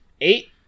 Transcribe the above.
eight